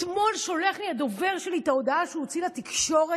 אתמול שולח לי הדובר שלי את ההודעה שהוא הוציא לתקשורת